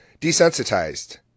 Desensitized